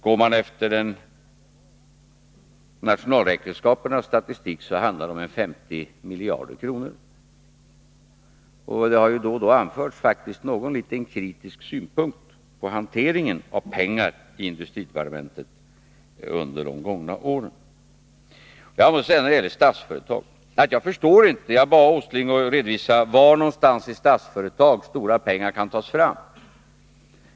Går man efter statistiken i nationalräkenskaperna handlar det om 50 miljarder kronor. Under de gångna åren har det faktiskt då och då framförts någon liten kritisk synpunkt på hanteringen av pengar i industridepartementet. Jag bad Nils Åsling redovisa var i Statsföretag stora pengar kan tas fram.